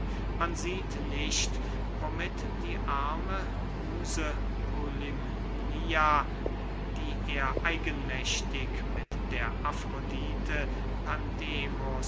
man sieht nicht womit die arme muse polymnia die er eigenmächtig mit der afrodite pandemos